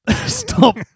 Stop